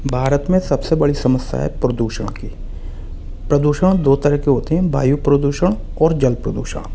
भारत में सबसे बड़ी समस्या है प्रदूषण की प्रदूषण दो तरह के होते हैं वायु प्रदूषण और जल प्रदूषण